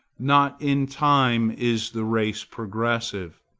not in time is the race progressive.